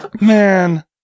man